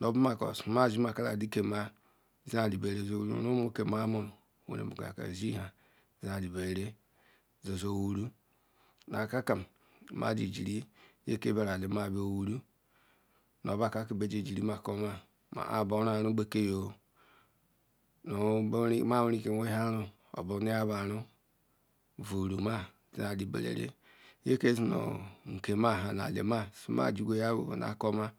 ya bu maku si ma kesi kula eli ka ma seyi nu eli bore sey eluru Nu rumu ke ma muru weru ka zi ha sey eli bera sey wuru Nu aka kam badu ijira nye ke biuru eli ma bia wuru ya bu aka ba jiri ma ku ma, mu la bu Nura yuru ibeke ooo Nu ma worike we wa yauru oburu ni ya bu yawuru vuru ma seyi eli bera, nye ke se nu eli ma